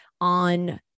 on